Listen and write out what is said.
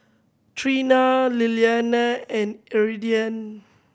Treena Lilyana and Iridian